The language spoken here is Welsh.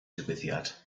digwyddiad